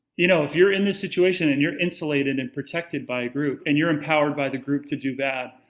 you know, if you're in this situation, and you're insulated and protected by a group, and you're empowered by the group to do bad,